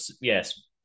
yes